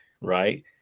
right